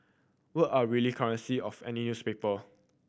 word are really currency of any newspaper